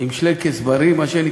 עם שלייקעס בריא, מה שנקרא?